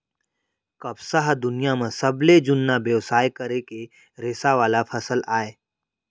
कपसा ह दुनियां म सबले जुन्ना बेवसाय करे के रेसा वाला फसल अय